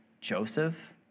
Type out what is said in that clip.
Joseph